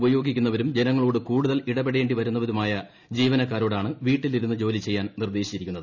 ഉപയോഗിക്കുന്നവരും ജനങ്ങളോട് കൂടുതൽ ഇടപെടേണ്ടി വരുന്നതുമായ ജീവനക്കാരോടാണ് വീട്ടിലിരുന്ന് ജോലി ചെയ്യാൻ നിർദേശിച്ചിരിക്കുന്നത്